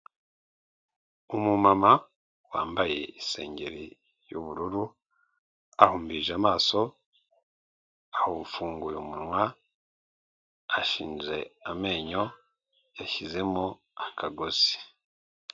Umumama wambaye isengeri y'ubururu, ahumirije amaso, afunguye umunwa, ashinze amenyo, yashyizemo akagozi.